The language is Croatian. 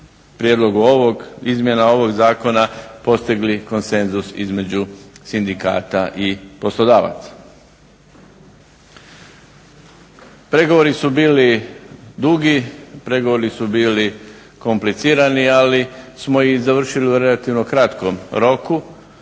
prijedlogu ovog, izmjena ovog zakona postigli konsenzus između sindikata i poslodavaca. Pregovori su bili dugi, pregovori su bili komplicirani ali smo ih završili u relativno kratkom roku